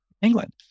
England